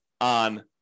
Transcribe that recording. on